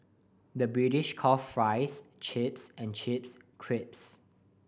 the British call fries chips and chips crisps